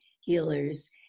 healers